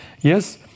Yes